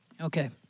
Okay